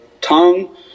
tongue